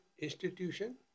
institution